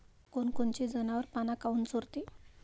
कोनकोनचे जनावरं पाना काऊन चोरते?